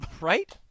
right